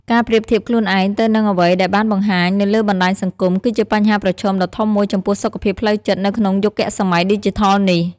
ការប្រៀបធៀបខ្លួនឯងទៅនឹងអ្វីដែលបានបង្ហាញនៅលើបណ្តាញសង្គម គឺជាបញ្ហាប្រឈមដ៏ធំមួយចំពោះសុខភាពផ្លូវចិត្តនៅក្នុងយុគសម័យឌីជីថលនេះ។